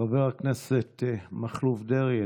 חבר הכנסת מכלוף דרעי,